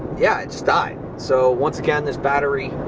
yeah, it just died so once again this battery,